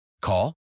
Call